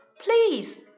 please